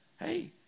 Hey